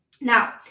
Now